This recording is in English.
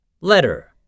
Letter